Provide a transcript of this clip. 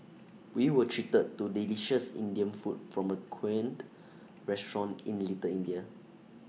we were treated to delicious Indian food from A quaint restaurant in little India